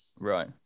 Right